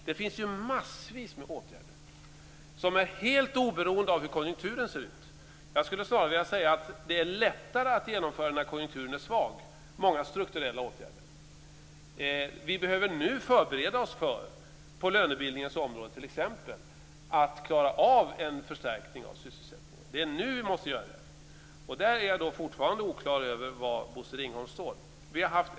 Det finns massvis med åtgärder som är helt oberoende av hur konjunkturen ser ut. Jag skulle snarare vilja säga att många strukturella åtgärder är lättare att genomföra när konjunkturen är svag. Vi behöver nu t.ex. på lönebildningens område förbereda oss för att klara en förstärkning av sysselsättningen. Det är nu som vi måste göra det. Jag är på den punkten fortfarande oklar över var Bosse Ringholm står.